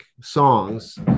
songs